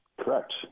Correct